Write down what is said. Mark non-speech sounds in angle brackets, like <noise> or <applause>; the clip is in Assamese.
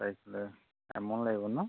বোলে এক <unintelligible> লাগিব ন